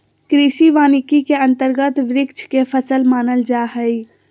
कृषि वानिकी के अंतर्गत वृक्ष के फसल मानल जा हइ